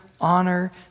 honor